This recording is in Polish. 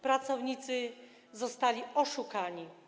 Pracownicy zostali oszukani.